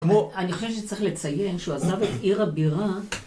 אני חושב שצריך לציין, שהוא עזב את עיר הבירה.